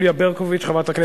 שהצלחנו היום,